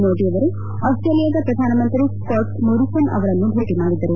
ಮೋದಿ ಅವರು ಆಸ್ಲೇಲಿಯಾದ ಪ್ರಧಾನಮಂತ್ರಿ ಸ್ನಾಟ್ ಮೋರಿಸನ್ ಅವರನ್ನು ಭೇಟ ಮಾಡಿದರು